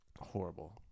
horrible